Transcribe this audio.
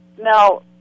Now